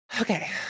Okay